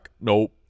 Nope